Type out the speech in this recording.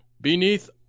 beneath